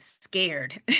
scared